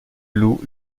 loup